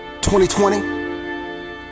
2020